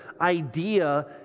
idea